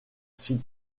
s’y